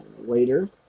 later